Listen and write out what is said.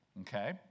Okay